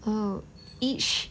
oh each